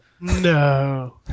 No